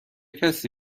کسی